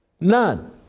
None